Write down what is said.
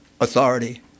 authority